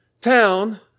town